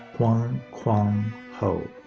chuan quang ho.